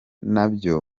nabyo